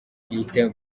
bwite